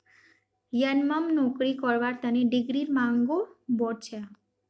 यनमम नौकरी करवार तने डिग्रीर मांगो बढ़ छेक